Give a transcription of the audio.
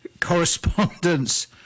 correspondence